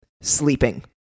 Sleeping